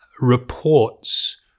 reports